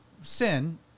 sin